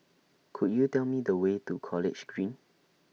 Could YOU Tell Me The Way to College Green